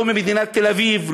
לא במדינת תל-אביב,